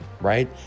right